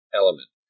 element